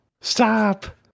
stop